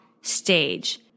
stage